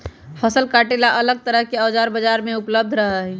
फसल काटे ला अलग तरह के औजार बाजार में उपलब्ध रहा हई